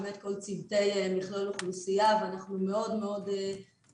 יש את כל צוותי מכלול אוכלוסייה ואנחנו מאוד מתורגלים